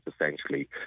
essentially